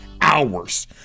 hours